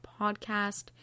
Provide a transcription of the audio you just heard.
podcast